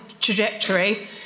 trajectory